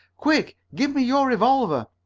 quick, give me your revolver!